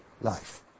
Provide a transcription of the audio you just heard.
life